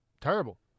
terrible